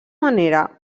manera